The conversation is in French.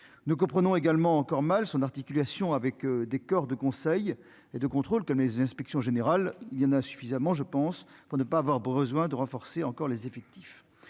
nous comprenons également encore mal son articulation avec des corps de conseils et de contrôle que les inspections générales il y en a suffisamment je pense pour ne pas avoir besoin de renforcer encore les effectifs,